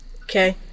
Okay